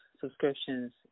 subscriptions